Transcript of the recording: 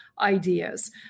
ideas